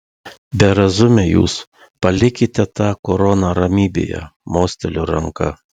berazumiai jūs palikite tą koroną ramybėje mosteliu ranka